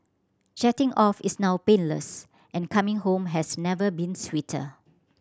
jetting off is now painless and coming home has never been sweeter